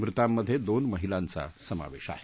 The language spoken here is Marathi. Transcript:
मृतांमध्ये दोन महिलांचा समावेश आहे